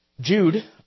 Jude